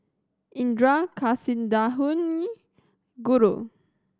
Indira Kasinadhuni Guru